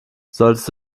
solltest